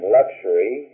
luxury